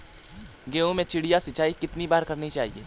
गेहूँ में चिड़िया सिंचाई कितनी बार करनी चाहिए?